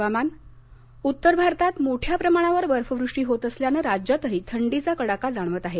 हवामान उत्तर भारतात मोठ्या प्रमाणावर बर्फवृष्टी होत असल्यानं राज्यातही थंडीचा कडका जाणवत आहे